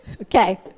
Okay